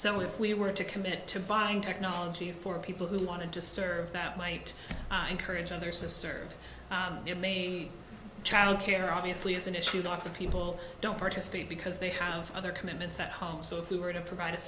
so if we were to commit to buying technology for people who wanted to serve that might encourage others to serve childcare obviously is an issue lots of people don't participate because they have other commitments at home so if we were to provide a